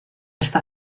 está